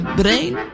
brain